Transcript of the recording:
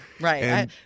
Right